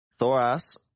Thoras